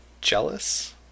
jealous